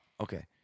okay